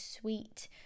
sweet